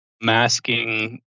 masking